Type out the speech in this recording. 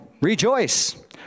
rejoice